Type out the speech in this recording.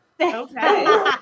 Okay